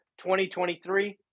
2023